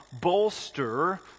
bolster